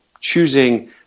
choosing